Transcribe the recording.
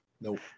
Nope